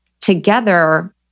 together